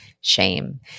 shame